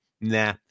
Nah